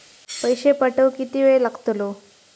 पैशे पाठवुक किती वेळ लागतलो?